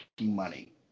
money